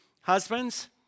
husbands